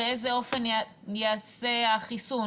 באיזה אופן ייעשה החיסון?